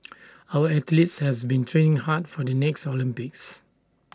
our athletes has been training hard for the next Olympics